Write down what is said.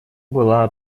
была